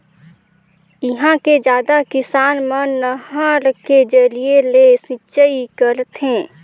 इहां के जादा किसान मन नहर के जरिए ले सिंचई करथे